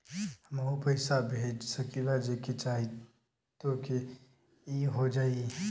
हमहू पैसा भेज सकीला जेके चाही तोके ई हो जाई?